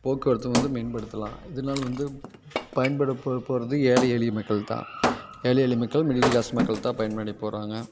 போக்குவரத்தை வந்து மேம்படுத்தலாம் இதனால வந்து பயன்படப்போ போகிறது ஏழை எளிய மக்கள்தான் ஏழை எளிய மக்கள் மிடில் கிளாஸ் மக்கள்தான் பயனடையப் போகிறாங்க